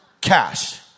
cash